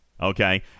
okay